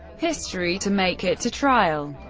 history to make it to trial.